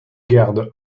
gardes